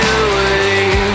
away